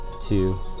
two